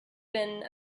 been